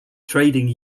trading